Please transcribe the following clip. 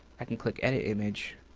i can click edit image,